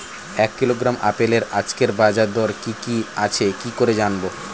এক কিলোগ্রাম আপেলের আজকের বাজার দর কি কি আছে কি করে জানবো?